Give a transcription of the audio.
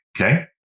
Okay